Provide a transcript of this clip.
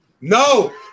No